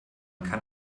kann